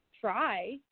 try